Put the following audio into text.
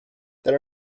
there